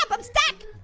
i'm stuck!